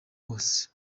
wose